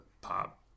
pop